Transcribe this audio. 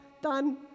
done